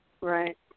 right